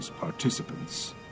participants